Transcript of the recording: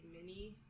mini